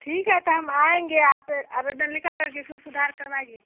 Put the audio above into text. ठीक है ता हम आएँगे आप आवेदन लिखा करके सुधार करवाएं